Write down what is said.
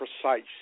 precise